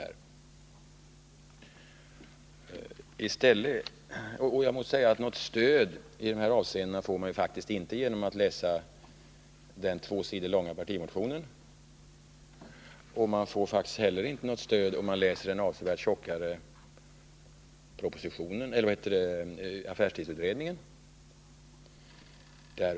Och man får faktiskt inte något stöd i dessa avseenden genom att läsa den två sidor långa partimotionen. Man får inte heller något stöd, om man läser det avsevärt tjockare betänkandet från affärstidsutredningen.